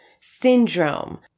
syndrome